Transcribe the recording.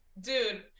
dude